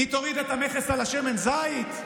היא תוריד את המכס על שמן זית?